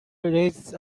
raises